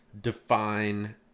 define